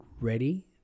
ready